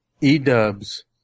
E-dubs